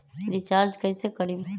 Recharge कैसे करीब?